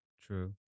True